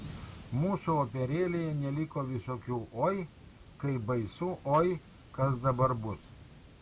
mūsų operėlėje neliko visokių oi kaip baisu oi kas dabar bus